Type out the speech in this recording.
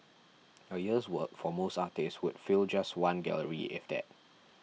a year's work for most artists would fill just one gallery if that